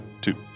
Two